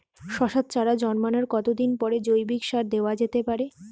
শশার চারা জন্মানোর কতদিন পরে জৈবিক সার দেওয়া যেতে পারে?